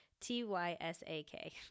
T-Y-S-A-K